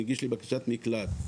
מגיש לי בקשת מקלט,